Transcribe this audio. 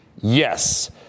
yes